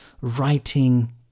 writing